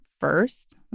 first